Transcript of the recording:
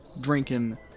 drinking